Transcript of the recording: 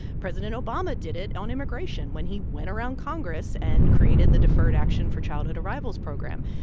president obama did it on immigration when he went around congress and created the deferred action for childhood arrivals program.